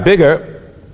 bigger